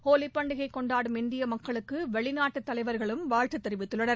ஹோலி பண்டிகை கொண்டாடும் இந்திய மக்களுக்கு வெளிநாட்டு தலைவர்களும் வாழ்த்து தெரிவித்துள்ளனர்